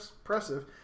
impressive